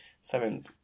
Seven